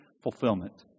fulfillment